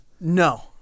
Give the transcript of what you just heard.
No